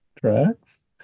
Tracks